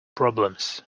problems